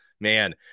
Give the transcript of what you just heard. man